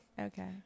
Okay